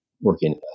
working